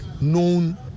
known